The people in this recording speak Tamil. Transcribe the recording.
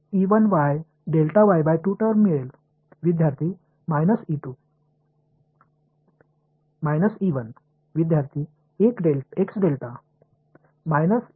X டெல்டா பிறகு மைனஸ் மாணவர்